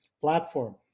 platform